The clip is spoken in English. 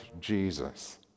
Jesus